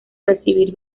recibir